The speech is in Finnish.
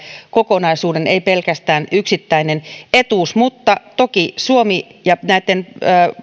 kokonaisuuden ei pelkästään yksittäinen etuus mutta toki suomi